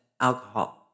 alcohol